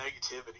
negativity